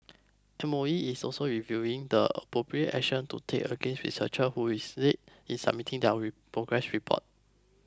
E is also reviewing the appropriate action to take against researchers who is late in submitting their read progress report